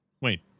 Wait